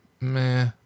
meh